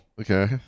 Okay